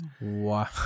Wow